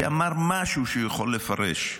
שאמר משהו שהוא יכול לפרש.